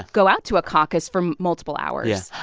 go out to a caucus for multiple hours